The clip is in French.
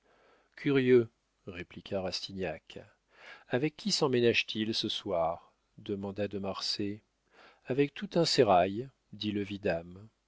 curieux répliqua rastignac avec qui semménage t il ce soir demanda de marsay avec tout un sérail dit le vidame